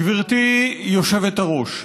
גברתי היושבת-ראש,